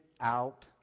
out